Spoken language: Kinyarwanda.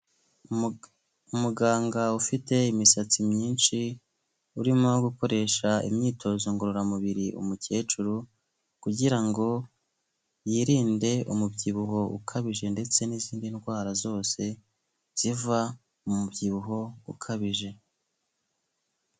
Umuganga ufite imisatsi myinshi, urimo gukoresha imyitozo ngororamubiri umukecuru, kugira ngo yirinde umubyibuho ukabije ndetse n'izindi ndwara zose ziva mu mubyibuho ukabije.